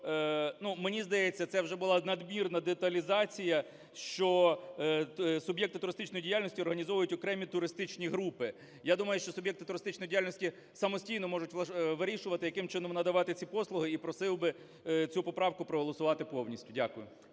мені здається, це вже була надмірна деталізація, що суб'єкти туристичної діяльності організовують окремі туристичні групи. Я думаю, що суб'єкти туристичної діяльності самостійно можуть вирішувати, яким чином надавати ці послуги. І просив би цю поправку проголосувати повністю. Дякую.